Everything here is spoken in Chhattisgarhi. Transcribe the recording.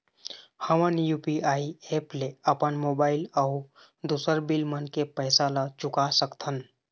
हमन यू.पी.आई एप ले अपन मोबाइल अऊ दूसर बिल मन के पैसा ला चुका सकथन